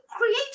create